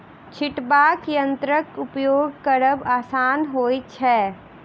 छिटबाक यंत्रक उपयोग करब आसान होइत छै